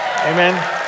Amen